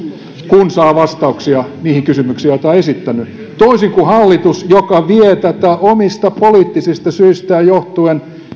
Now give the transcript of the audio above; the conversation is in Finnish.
kun saa vastauksia niihin kysymyksiin joita on esittänyt toisin kuin hallitus joka vie tätä omista poliittisista syistään johtuen